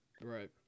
Right